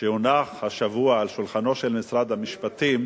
שהונח השבוע על שולחנו של משרד המשפטים